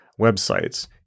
websites